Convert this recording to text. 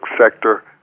sector